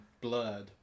blurred